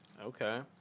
Okay